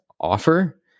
offer